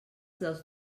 dels